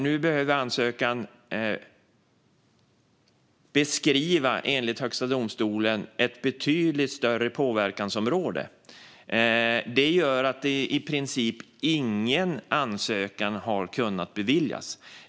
Nu behöver ansökan beskriva, enligt Högsta domstolen, ett betydligt större påverkansområde. Det gör att i princip ingen ansökan har kunnat beviljas.